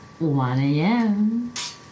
1am